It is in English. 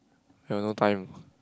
I got no time